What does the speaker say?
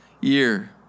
year